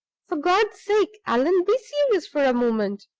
for god's sake, allan, be serious for a moment!